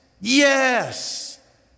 yes